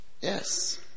Yes